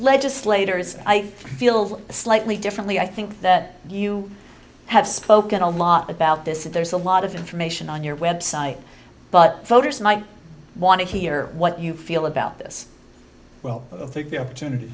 legislators i feel slightly differently i think that you have spoken a lot about this if there's a lot of information on your website but voters might want to hear what you feel about this well i think the opportunity